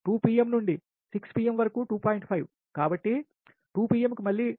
కాబట్టి 2 pm కు మళ్ళీ 2